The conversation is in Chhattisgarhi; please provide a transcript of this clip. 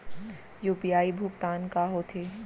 यू.पी.आई भुगतान का होथे?